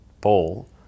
ball